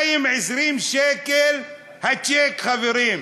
220 שקל הצ'ק, חברים.